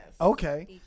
Okay